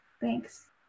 thanks